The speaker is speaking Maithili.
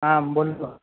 हॅं बोलू ने